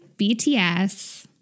BTS